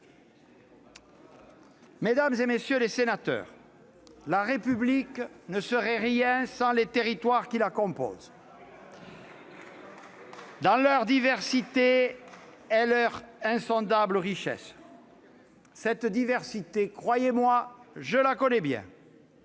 Mesdames, messieurs les sénateurs, la République ne serait rien sans les territoires qui la composent, dans leur diversité et leur insondable richesse. Cette diversité, croyez-moi, je la connais bien